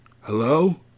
Hello